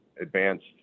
advanced